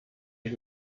ich